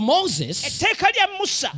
Moses